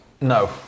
No